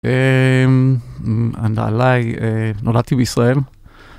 עלי נולדתי בישראל.